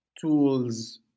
tools